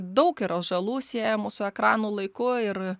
daug yra žalų siejamų su ekranų laiku ir